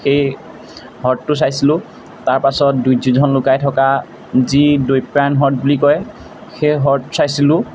সেই হ্ৰদটো চাইছিলোঁ তাৰপাছত দুৰ্যোধন লুকাই থকা যি দৈপ্ৰায়ণ হ্ৰদ বুলি কয় সেই হ্ৰদ চাইছিলোঁ